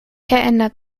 ändert